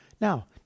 Now